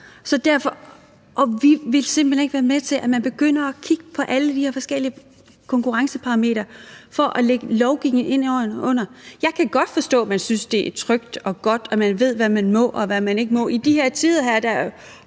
hen ikke være med til, at man begynder at kigge på alle de her forskellige konkurrenceparametre for at lægge lovgivning ind under. Jeg kan godt forstå, at man synes, at det er trygt og godt, at man ved, hvad man må, og hvad man ikke må. I de her tider: